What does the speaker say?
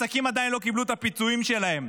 עסקים עדיין לא קיבלו את הפיצויים שלהם,